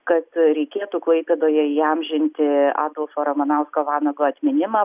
kad reikėtų klaipėdoje įamžinti adolfo ramanausko vanago atminimą